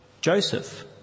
Joseph